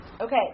Okay